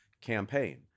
campaign